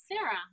Sarah